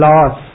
Loss